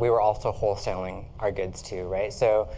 we were also wholesaling our goods too, right? so